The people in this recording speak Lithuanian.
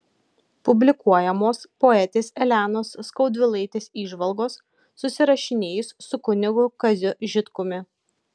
publikuojamos poetės elenos skaudvilaitės įžvalgos susirašinėjus su kunigu kaziu žitkumi